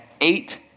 eight